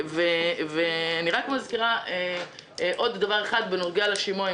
אני רק מזכירה עוד דבר אחד בנוגע לשימוע,